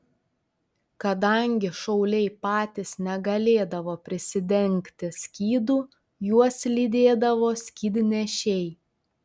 kadangi šauliai patys negalėdavo prisidengti skydu juos lydėdavo skydnešiai